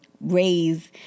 raise